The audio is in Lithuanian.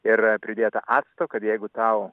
ir pridėta acto kad jeigu tau